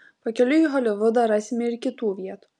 pakeliui į holivudą rasime ir kitų vietų